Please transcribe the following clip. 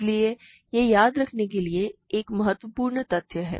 इसलिए यह याद रखने के लिए एक महत्वपूर्ण तथ्य है